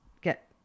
get